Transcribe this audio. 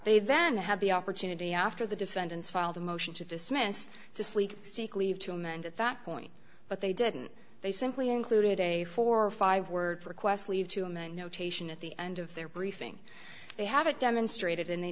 they then had the opportunity after the defendants filed a motion to dismiss to sleep seek leave to amend at that point but they didn't they simply included a four or five words request leave to amend notation at the end of their briefing they have it demonstrated and they